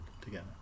together